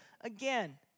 again